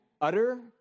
utter